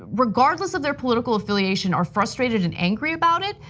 regardless of their political affiliation, are frustrated and angry about it.